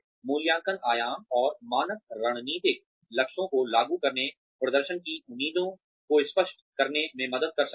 मूल्यांकन आयाम और मानक रणनीतिक लक्ष्यों को लागू करने प्रदर्शन की उम्मीदों को स्पष्ट करने में मदद कर सकते हैं